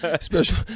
special